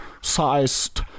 sized